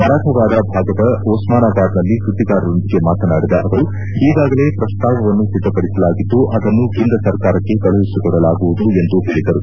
ಮರಾಠವಾಡ ಭಾಗದ ಓಸ್ನಾನಾಬಾದ್ನಲ್ಲಿ ಸುದ್ದಿಗಾರರೊಂದಿಗೆ ಮಾತನಾಡಿದ ಅವರು ಈಗಾಗಲೇ ಪ್ರಸ್ತಾವವನ್ನು ಸಿದ್ದಪಡಿಸಲಾಗಿದ್ದು ಅದನ್ನು ಕೇಂದ್ರ ಸರ್ಕಾರಕ್ಕೆ ಕಳುಹಿಸಿಕೊಡಲಾಗುವುದು ಎಂದು ಹೇಳದರು